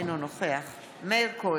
אינו נוכח מאיר כהן,